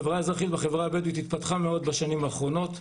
החברה האזרחית בחברה הבדואית התפתחה מאוד בשנים האחרונות,